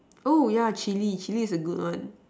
oh ya chilli chilli is a good one